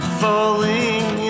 falling